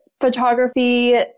photography